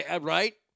Right